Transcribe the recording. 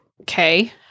Okay